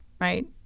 right